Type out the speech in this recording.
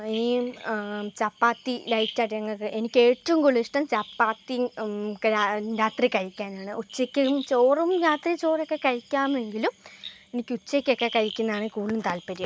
ഈ ചപ്പാത്തി ലൈറ്റായിട്ട് ഞങ്ങൾക്ക് എനിക്കേറ്റവും കൂടുതലിഷ്ടം ചപ്പാത്തിയും രാത്രി കഴിക്കാനാണ് ഉച്ചക്ക് വും ചോറും രാത്രി ചോറൊക്കെ കഴിക്കാമെങ്കിലും എനിക്ക് ഉച്ചക്കൊക്കെ കഴിക്കുന്നതാണ് കൂടുതൽ താത്പര്യം